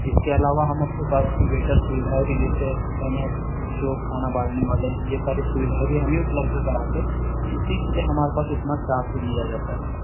sir इसके अलावा हम अपने पास की वेटर सुविधाएं भी देते हैं यानी जो खाना बांटने वाले हैं यह सारी सुविधाएं भी हम उपलब्ध कराते हैं इसी के लिए हमारे पास इतना चार्ज लिया जाता है